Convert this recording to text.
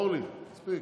אורלי, מספיק.